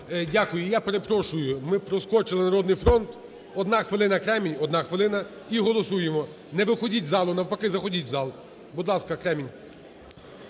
Дякую. Я перепрошую, ми проскочили "Народний фронт". Одна хвилина – Кремінь, одна хвилина, і голосуємо. Не виходіть з залу, навпаки, заходіть в зал. Будь ласка, Кремінь.